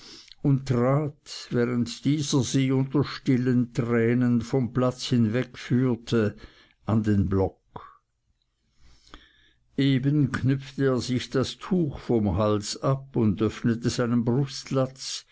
und trat während dieser sie unter stillen tränen vom platz hinwegführte an den block eben knüpfte er sich das tuch vom hals ab und öffnete seinen